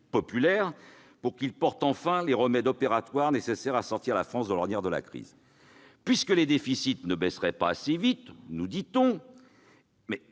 pour qu'il porte enfin les remèdes opératoires nécessaires à sortir la France de l'ornière de la crise. On nous dit que les déficits ne baisseraient pas assez vite, mais est-il